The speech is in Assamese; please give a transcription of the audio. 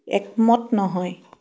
একমত নহয়